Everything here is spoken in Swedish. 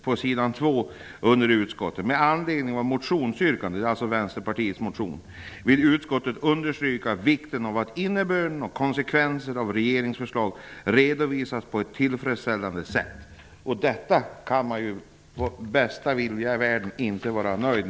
På s. 2 skriver utskottet: ''Med anledning av motionsyrkandet'' -- det är alltså Vänsterpartiets motion -- ''vill utskottet understryka vikten av att innebörd och konsekvenser av regeringens förslag redovisas på ett tillfredsställande sätt.'' Detta kan man inte vara nöjd med ens med bästa vilja i världen. Herr talman!